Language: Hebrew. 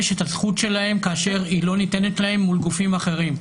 את הזכות שלהם כאשר היא לא ניתנת להם מול גופים אחרים.